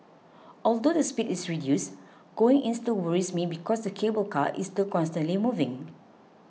although the speed is reduced going in still worries me because the cable car is still constantly moving